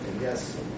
yes